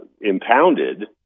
impounded